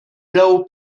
plou